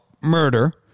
murder